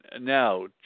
Now